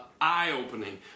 eye-opening